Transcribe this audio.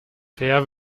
peer